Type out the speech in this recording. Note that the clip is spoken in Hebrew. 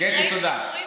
קטי, תודה.